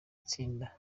tsinda